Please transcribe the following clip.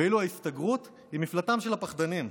ואילו ההסתגרות היא מפלטם של הפחדנים.